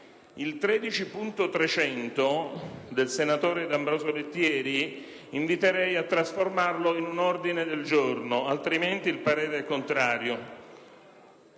invito il senatore D'Ambrosio Lettieri a trasformarlo in un ordine del giorno, altrimenti il parere è contrario.